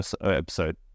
episode